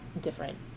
different